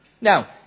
Now